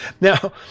Now